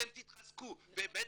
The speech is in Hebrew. אתם תתחזקו" ובטח,